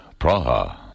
Praha